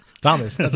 Thomas